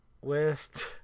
West